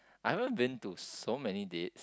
I haven't been to so many dates